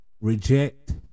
reject